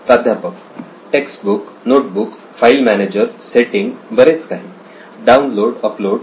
प्राध्यापक text book notebook file manager setting बरेच काही डाउनलोड अपलोड